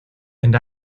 and